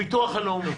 הביטוח הלאומי,